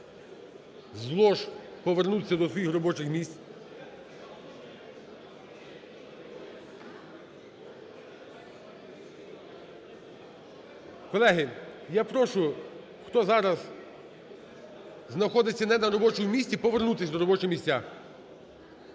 з лож повернутися до своїх робочих місць. Колеги, я прошу, хто зараз знаходиться не на робочому місці, повернутись на робочі місця.